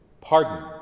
Pardon